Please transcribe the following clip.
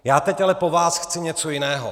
Já teď ale po vás chci něco jiného.